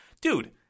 Dude